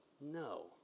no